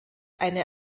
eine